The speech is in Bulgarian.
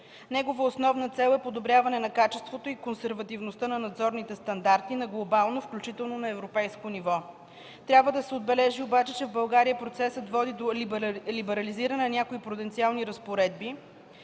Негова основна цел е подобряване на качеството и консервативността на надзорните стандарти на глобално, включително на европейско ниво. Трябва да се отбележи обаче, че в България процесът води до либерализиране на някои пруденциални разпоредби